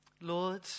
Lord